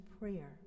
prayer